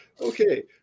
Okay